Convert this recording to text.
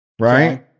right